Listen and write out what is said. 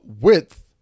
width